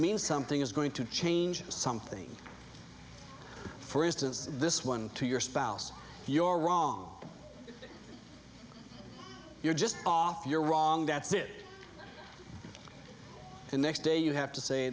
means something is going to change something for instance this one to your spouse your wrong you're just off you're wrong that's it the next day you have to say